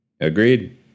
Agreed